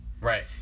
Right